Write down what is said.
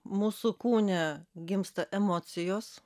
mūsų kūne gimsta emocijos